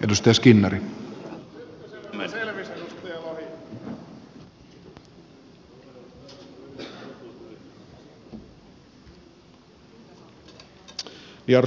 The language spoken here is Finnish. arvoisa